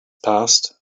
passed